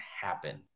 happen